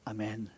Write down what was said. Amen